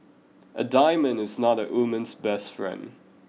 a diamond is not a woman's best friend